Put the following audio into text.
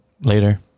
Later